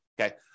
Okay